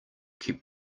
keep